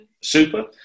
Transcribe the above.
Super